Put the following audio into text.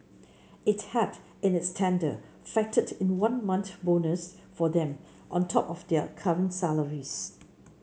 it had in its tender factored in a one month bonus for them on top of their current salaries